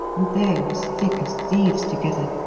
and they are as thick as thieves together.